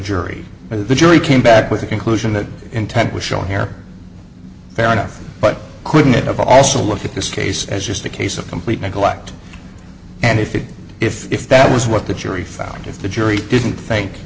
jury the jury came back with the conclusion that the intent was shown here fair enough but couldn't it have also looked at this case as just a case of complete neglect and if it if if that was what the jury found if the jury didn't think